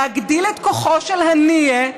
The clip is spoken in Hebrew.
להגדיל את כוחו של הנייה,